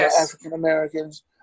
African-Americans